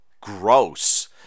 gross